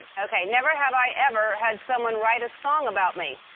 okay, never have i ever had someone write a song about me.